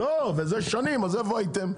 אז איפה הייתם?